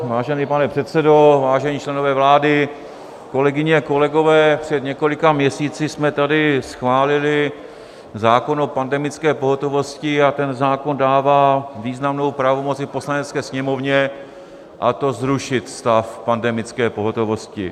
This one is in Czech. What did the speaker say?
Vážený pane předsedo, vážení členové vlády, kolegyně, kolegové, před několika měsíci jsme tady schválili zákon o pandemické pohotovosti a ten zákon dává významnou pravomoc i Poslanecké sněmovně, a to zrušit stav pandemické pohotovosti.